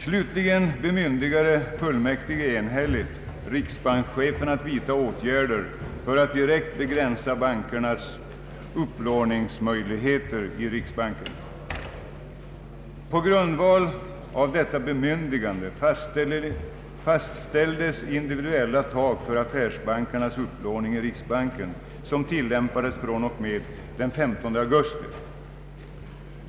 Slut ligen bemyndigade fullmäktige enhälligt riksbankschefen att vidta åtgärder för att direkt begränsa bankernas upplåningsmöjligheter i riksbanken. På grundval av detta bemyndigande fastställdes individuella tak för affärsbankernas upplåning i riksbanken, som tillämpades fr.o.m. den 15 augusti.